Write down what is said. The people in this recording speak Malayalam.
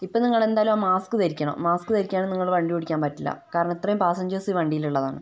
ഇപ്പ നിങ്ങളെന്തായാലും ആ മാസ്ക് ധരിക്കണം മാസ്ക് ധരിക്കാണ്ട് നിങ്ങൾ വണ്ടി ഓടിക്കാൻ പറ്റില്ല കാരണം ഇത്രേം പാസ്സഞ്ചേഴ്സ് ഈ വണ്ടീൽ ഇള്ളതാണ്